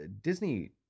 Disney